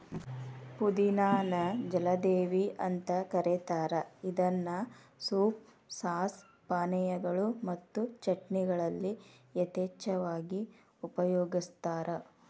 ಪುದಿನಾ ನ ಜಲದೇವಿ ಅಂತ ಕರೇತಾರ ಇದನ್ನ ಸೂಪ್, ಸಾಸ್, ಪಾನೇಯಗಳು ಮತ್ತು ಚಟ್ನಿಗಳಲ್ಲಿ ಯಥೇಚ್ಛವಾಗಿ ಉಪಯೋಗಸ್ತಾರ